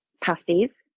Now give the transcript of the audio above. pasties